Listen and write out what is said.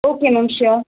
okay ma'am sure